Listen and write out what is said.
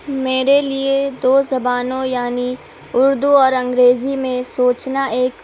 میرے لیے دو زبانوں یعنی اردو اور انگریزی میں سوچنا ایک